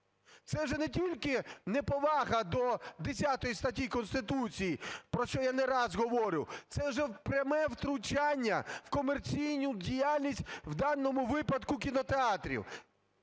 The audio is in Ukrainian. Це вже не тільки неповага до 10 статті Конституції, про що я не раз говорю, це вже пряме втручання в комерційну діяльність, в даному випадку - кінотеатрів.